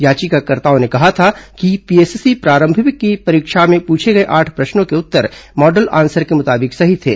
याचिकाकर्ताओं ने कहा था कि पीएससी प्री की परीक्षा में पूछे गए आठ प्रश्नों के उत्तर मॉडल आंसर के मुताबिक सही थे